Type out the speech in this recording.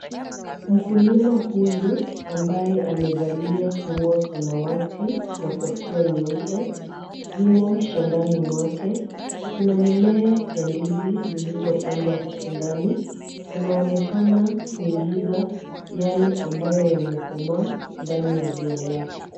Mkulima huyu ambaye amevalia nguo samawati na kofia nyeupe, yumo shambani mwake. Kuna mimea ya ndizi zilizopandwa huku ndani, anaonekana kuingiza yale ambayo yamekomaa ndani ya juala.